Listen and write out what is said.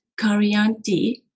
karyanti